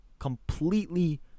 completely